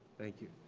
thank you.